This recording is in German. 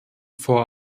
vor